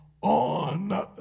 on